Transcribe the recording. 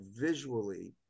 visually